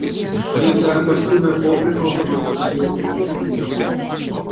jis dar pastūmė pokrypio automato svirtį į priekį